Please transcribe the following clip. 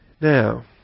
Now